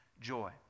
joy